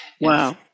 Wow